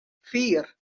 vier